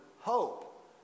hope